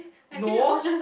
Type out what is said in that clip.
no